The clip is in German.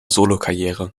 solokarriere